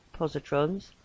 positrons